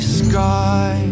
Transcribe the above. sky